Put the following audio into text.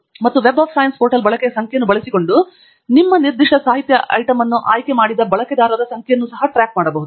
ಮತ್ತು web science portal ಬಳಕೆಯ ಸಂಖ್ಯೆಯನ್ನು ಬಳಸಿಕೊಂಡು ನಿಮ್ಮ ನಿರ್ದಿಷ್ಟ ಸಾಹಿತ್ಯ ಐಟಂ ಅನ್ನು ಆಯ್ಕೆ ಮಾಡಿದ ಬಳಕೆದಾರರ ಸಂಖ್ಯೆಯನ್ನು ಟ್ರ್ಯಾಕ್ ಮಾಡುತ್ತದೆ